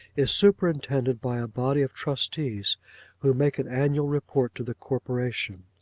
is superintended by a body of trustees who make an annual report to the corporation.